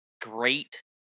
great